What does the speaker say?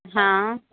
हा